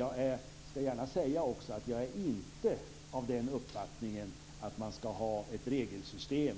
Jag skall dock gärna också säga att jag inte är av den uppfattningen att man skall ha ett regelsystem